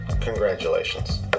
Congratulations